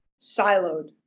siloed